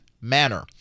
manner